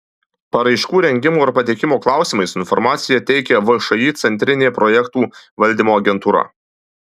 paraiškų rengimo ir pateikimo klausimais informaciją teikia všį centrinė projektų valdymo agentūra